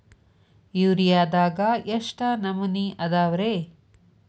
ಯೂರಿಯಾದಾಗ ಎಷ್ಟ ನಮೂನಿ ಅದಾವ್ರೇ?